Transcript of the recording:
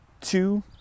Two